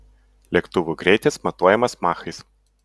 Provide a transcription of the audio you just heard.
lėktuvų greitis matuojamas machais